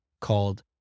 called